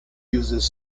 uses